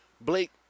Blake